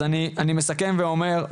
אז אני מסכם ואומר,